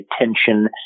attention